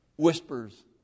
Whispers